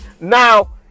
Now